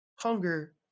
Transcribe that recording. Hunger